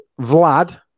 Vlad